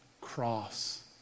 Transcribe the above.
cross